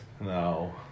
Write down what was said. No